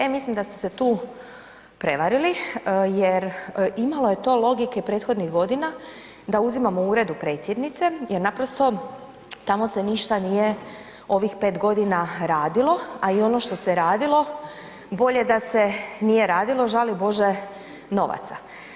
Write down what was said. E mislim da ste se tu prevarili jer imalo je to logike prethodnih godina da uzimamo uredu predsjednice jer naprosto tamo se ništa nije ovih 5.g. radilo, a i ono što se radilo bolje da se nije radilo, žali Bože novaca.